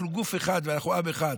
אנחנו גוף אחד ואנחנו עם אחד.